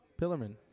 pillerman